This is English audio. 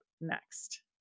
next